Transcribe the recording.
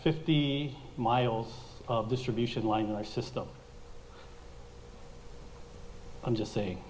fifty miles of distribution lines in my system i'm just saying